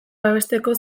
babesteko